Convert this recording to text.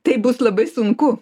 tai bus labai sunku